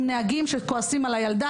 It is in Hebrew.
עם נהגים שכועסים על הילדה,